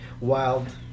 wild